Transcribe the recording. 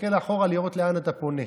מסתכל אחורה לראות לאן אתה פונה.